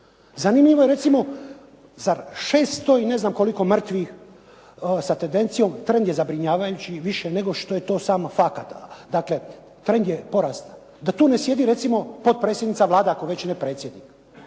Zanimljivo je recimo za 600 i ne znam koliko mrtvih sa tendencijom, trend je zabrinjavajući i više nego što je to samo … /Govornica se ne razumije./… dakle trend je porasta. Da tu ne sjedi recimo potpredsjednica Vlade, ako već ne predsjednik